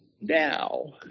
Now